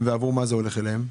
עבור מה זה הולך אליהם?